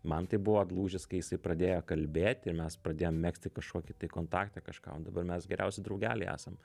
man tai buvo lūžis kai jisai pradėjo kalbėti mes pradėjom megzti kažkokį tai kontaktą kažkam dabar mes geriausi draugeliai esam